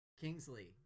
Kingsley